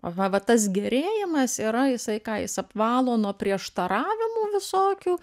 aha va tas gerėjimas yra jisai ką jis apvalo nuo prieštaravimų visokių